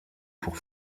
pour